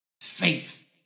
Faith